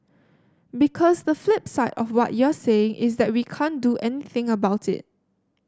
because the flip side of what you're saying is that we can't do anything about it